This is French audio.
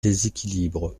déséquilibre